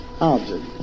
object